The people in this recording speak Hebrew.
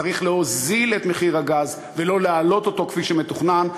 צריך להוזיל את מחיר הגז ולא להעלות אותו כפי שמתוכנן.